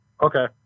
Okay